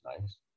nice